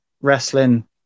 wrestling